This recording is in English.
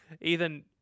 Ethan